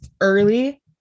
early